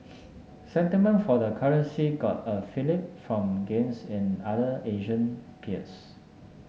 sentiment for the currency got a fillip from gains in other Asian peers